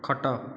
ଖଟ